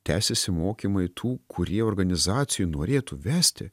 tęsiasi mokymai tų kurie organizacijoj norėtų vesti